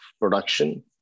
production